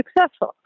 successful